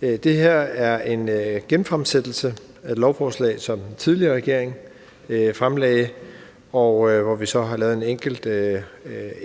Det her er en genfremsættelse af et lovforslag, som den tidligere regering fremsatte, hvor vi så har lavet en enkelt